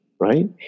right